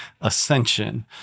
ascension